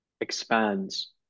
expands